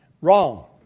Wrong